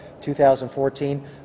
2014